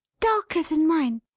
darker than mine.